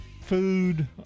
Food